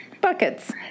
Buckets